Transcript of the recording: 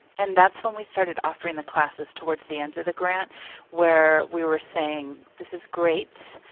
and that's when we started offering the classes towards the end of the grant where we were saying, this is great.